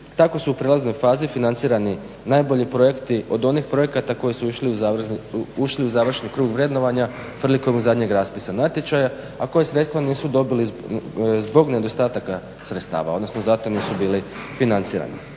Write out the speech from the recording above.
Tako su u prijelaznoj fazi financirani najbolji projekti od onih projekata koji su ušli u završni krug vrednovanja prilikom zadnjeg raspisa natječaja, a koja sredstva nisu dobili zbog nedostataka sredstava, odnosno zato nisu bili financirani.